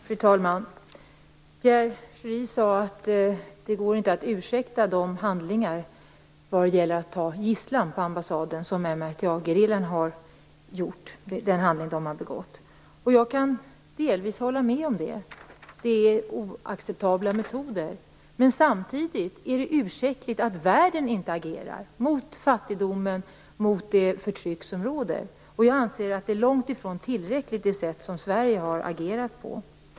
Fru talman! Pierre Schori sade att det inte går att ursäkta sådana handlingar som att ta gisslan på ambassaden som MRTA-gerillan har gjort. Jag kan delvis hålla med om det. Det är oacceptabla metoder. Men samtidigt kan man undra om det är ursäktligt att världen inte agerar mot fattigdomen och det förtryck som råder. Jag anser att det sätt som Sverige har agerat på är långtifrån tillräckligt.